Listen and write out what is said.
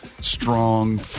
strong